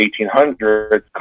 1800s